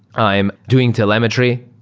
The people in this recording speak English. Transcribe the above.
i am doing telemetry.